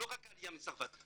לא רק העלייה מצרפת.